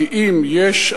כי אם יש,